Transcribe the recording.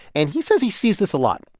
and he says he sees this a lot.